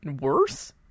worse